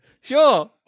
Sure